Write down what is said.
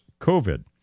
COVID